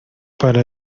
para